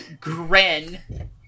Grin